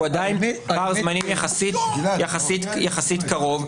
שהוא עדיין פער זמנים יחסית קרוב.